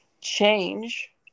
change